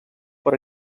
per